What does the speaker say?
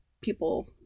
people